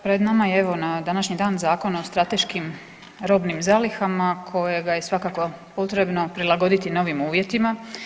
Pred nama je evo na današnji dan Zakon o strateškim robnim zalihama kojega je svakako potrebno prilagoditi novim uvjetima.